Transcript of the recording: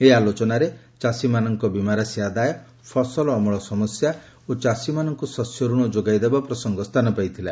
ଏହି ଆଲୋଚନାରେ ଚାଷୀମାନଙ୍କ ବୀମା ରାଣି ଆଦାୟ ଫସଲ ଅମଳ ସମସ୍ୟା ଓ ଚାଷୀମାନଙ୍କୁ ଶସ୍ୟ ଋଣ ଯୋଗାଇ ଦେବା ପ୍ରସଙ୍ଗ ସ୍ଥାନ ପାଇଥିଲା